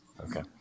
Okay